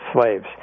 slaves